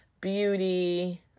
beauty